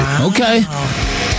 Okay